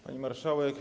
Pani Marszałek!